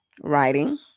writing